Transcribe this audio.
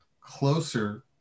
closer